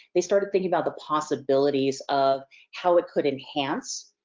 they started thinking about the possibilities of how it could enhance,